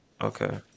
Okay